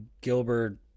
Gilbert